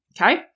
okay